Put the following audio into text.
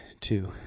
two